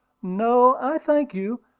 no, i thank you.